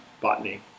botany